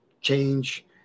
change